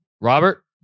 Robert